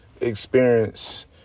experience